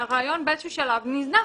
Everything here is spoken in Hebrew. הרעיון באיזשהו שלב נזנח.